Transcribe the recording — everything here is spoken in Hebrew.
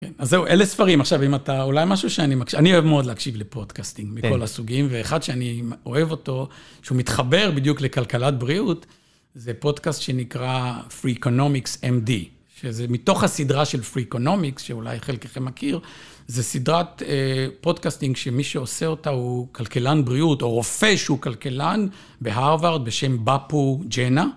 כן, אז זהו, אלה ספרים. עכשיו, אם אתה, אולי משהו שאני מקשיב... אני אוהב מאוד להקשיב לפודקאסטינג, מכל הסוגים, ואחד שאני אוהב אותו, שהוא מתחבר בדיוק לכלכלת בריאות, זה פודקאסט שנקרא Freakonomics MD, שזה מתוך הסדרה של Freakonomics, שאולי חלקכם מכיר, זה סדרת פודקאסטינג שמי שעושה אותה הוא כלכלן בריאות, או רופא שהוא כלכלן בהרווארד בשם בפו ג'נה.